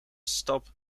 stap